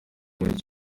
muri